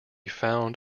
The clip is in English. found